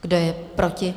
Kdo je proti?